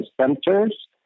centers